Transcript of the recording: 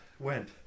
went